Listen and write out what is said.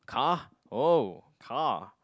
car oh car